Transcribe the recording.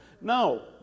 No